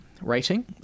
rating